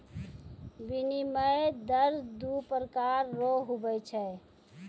विनिमय दर दू प्रकार रो हुवै छै